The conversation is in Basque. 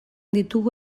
ditugu